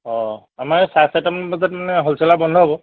অঁ আমাৰ এই চাৰে চাৰিটামান বজাত মানে হোলছেলাৰ বন্ধ হ'ব